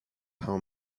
how